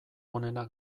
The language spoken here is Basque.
onenak